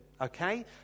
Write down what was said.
Okay